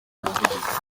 ubuvugizi